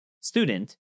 student